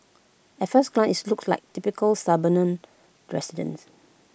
at first glance IT looks like typical suburban residence